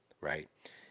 right